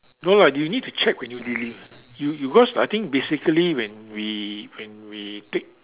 no lah you need to check when you deli~ you because I think basically when we when we pick